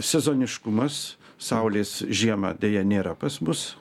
sezoniškumas saulės žiemą deja nėra pas mus